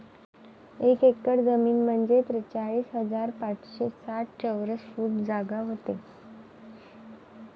एक एकर जमीन म्हंजे त्रेचाळीस हजार पाचशे साठ चौरस फूट जागा व्हते